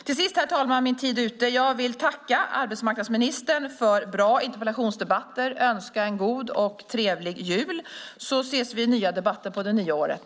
Till sist, herr talman - min talartid är ute - vill jag tacka arbetsmarknadsministern för bra interpellationsdebatter och önska en god och trevlig jul. Vi ses i nya debatter på det nya året.